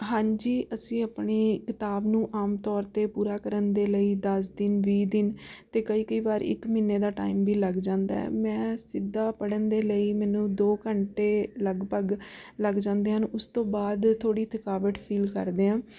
ਹਾਂਜੀ ਅਸੀਂ ਆਪਣੀ ਕਿਤਾਬ ਨੂੰ ਆਮ ਤੌਰ 'ਤੇ ਪੂਰਾ ਕਰਨ ਦੇ ਲਈ ਦਸ ਦਿਨ ਵੀਹ ਦਿਨ ਅਤੇ ਕਈ ਕਈ ਵਾਰ ਇੱਕ ਮਹੀਨੇ ਦਾ ਟਾਈਮ ਵੀ ਲੱਗ ਜਾਂਦਾ ਹੈ ਮੈਂ ਸਿੱਧਾ ਪੜ੍ਹਨ ਦੇ ਲਈ ਮੈਨੂੰ ਦੋ ਘੰਟੇ ਲਗਭਗ ਲੱਗ ਜਾਂਦੇ ਹਨ ਉਸ ਤੋਂ ਬਾਅਦ ਥੋੜ੍ਹੀ ਥਕਾਵਟ ਫੀਲ ਕਰਦੇ ਹਾਂ